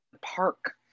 park